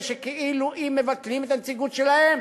כאילו אם מבטלים את הנציגות שלהם,